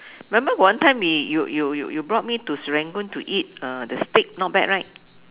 remember got one time we you you you brought me to Serangoon to eat uh the steak not bad right